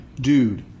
dude